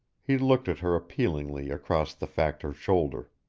he looked at her appealingly across the factor's shoulder.